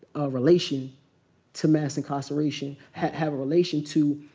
relation to mass incarceration. ha have a relation to,